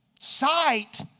Sight